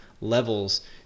levels